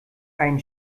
ein